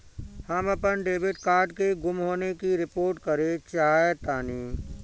हम अपन debit card के गुम होने की रिपोर्ट करे चाहतानी